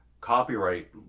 copyright